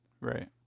Right